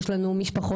יש לנו משפחות.